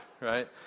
right